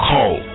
Call